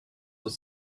was